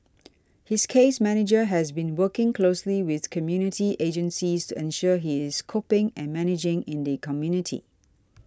his case manager has been working closely with community agencies to ensure he is coping and managing in the community